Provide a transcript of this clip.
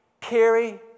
carry